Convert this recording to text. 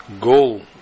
goal